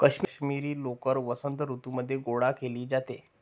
काश्मिरी लोकर वसंत ऋतूमध्ये गोळा केली जाते